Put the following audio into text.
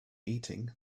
eating